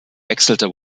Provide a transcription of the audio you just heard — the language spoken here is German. wechselte